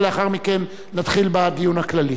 ולאחר מכן נתחיל בדיון הכללי.